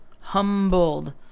humbled